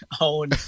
own